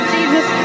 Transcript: Jesus